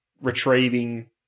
retrieving